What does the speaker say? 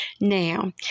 Now